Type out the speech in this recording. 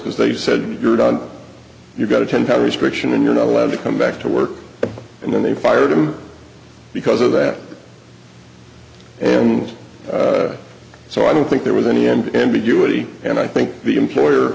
because they said you're done you've got a ten pound restriction and you're not allowed to come back to work and then they fired him because of that and so i don't think there was any end to do it and i think the employer